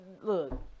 look